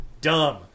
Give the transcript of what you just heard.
Dumb